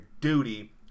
duty